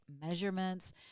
measurements